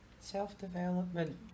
self-development